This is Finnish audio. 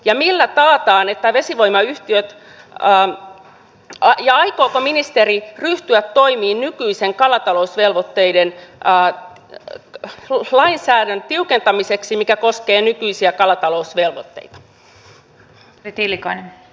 ja millä taataan että vesivoimayhtiöt al najja aikooko ministeri ryhtyä toimiin sen lainsäädännön tiukentamiseksi mikä koskee nykyisiä kalatalousvelvoitteita